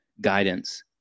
guidance